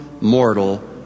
mortal